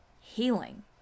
healing